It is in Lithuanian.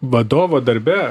vadovo darbe